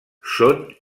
són